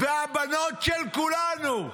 והבנות של כולנו.